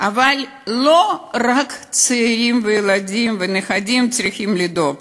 אבל לא רק צעירים וילדים ונכדים צריכים לדאוג